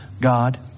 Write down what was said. God